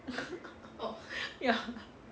ya